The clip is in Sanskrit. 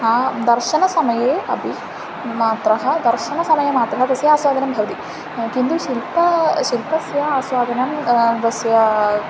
दर्शनसमये अपि मात्रः दर्शनसमये मात्रः तस्य आस्वादनं भवति किन्तु शिल्प शिल्पस्य आस्वादनं तस्य